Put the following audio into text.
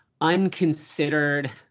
unconsidered